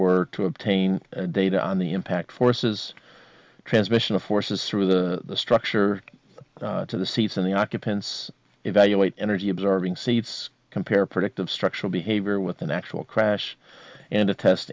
were to obtain data on the impact forces transmission of forces through the structure to the seats in the occupants evaluate energy observing seats compare predictive structural behavior with an actual crash and a test